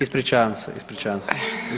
Ispričavam se, ispričavam se.